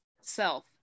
self